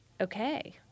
okay